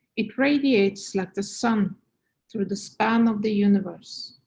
it radiates like the sun through the span of the universe.